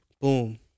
Boom